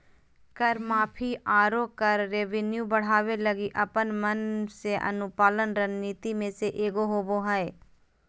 कर माफी, आरो कर रेवेन्यू बढ़ावे लगी अपन मन से अनुपालन रणनीति मे से एक होबा हय